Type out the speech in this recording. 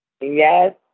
Yes